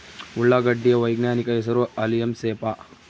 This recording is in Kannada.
ಉಳ್ಳಾಗಡ್ಡಿ ಯ ವೈಜ್ಞಾನಿಕ ಹೆಸರು ಅಲಿಯಂ ಸೆಪಾ